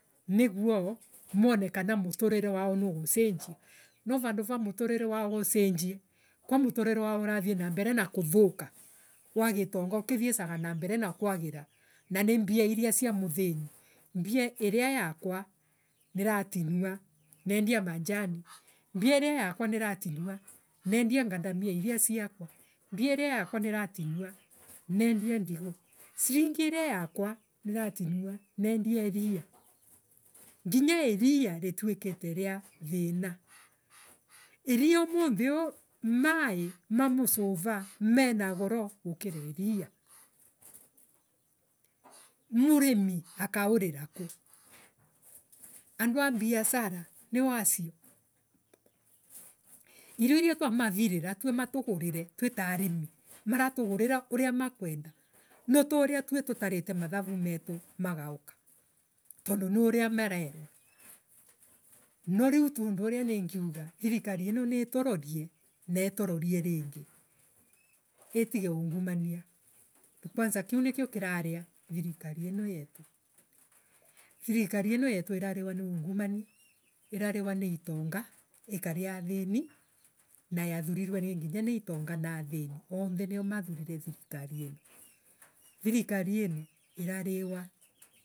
Niguo mone kana muturire wao niugucenjia. Novandu va muturire wao ucenjie ka muturire wao urathie na mbere na kuvuruka wa gitonga ukithiesaga na mbere na kuagira. Na ni mbia iria cia muthiini. Mbia iria yakwa niratinua nendia manjani mbia iria yakwa niratinua nendia ngandamia iria ciakwa. Mbia iria niratinua nendia ndigu. Silingi iria yakwa niratinua nendia manjani. mbia iria yakwa niratinua nendia ngandamia iria ciakwa. Mbia iria niratinua nendia ndigu. Silingi iria yakwa niratinua nendia iria. Nginya iria rituikite ria thina. Iria umunthi uyu maii ma macura mena goro gu kira iria. Murimi akaurira kuu Andu a mbiacara. nio acio. Irio iria twamavirira matugurire twita arimi maratugurira uria makwenda no tiuria uria twe tutarita matharu metu magauka tondu niuria marerwa. No riu tundu uria nini uaa. thiorikari iino ni itorerie na iturorie ringi. Itige ungumania. Kiu nikio kiraria thirikari ino yetu thirikari ino yetu irariwa ni ungumania irariwa ni itonga ni athini na yathurirwe nginya ni itonga na ithiini. Othe nio mathurire thirikari ino. Thirikari ino irariwa.